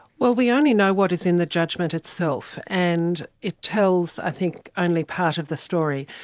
well, we only know what is in the judgement itself, and it tells i think only part of the story.